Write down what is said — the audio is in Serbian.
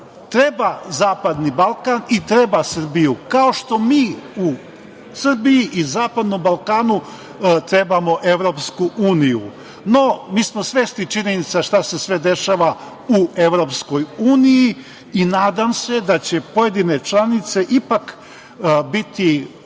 treba Zapadni Balkan i treba Srbiju, kao što mi u Srbiji i Zapadnom Balkanu trebamo EU.No, mi smo svesni činjenica šta se sve dešava u EU i nadam se da će pojedine članice ipak biti